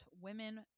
women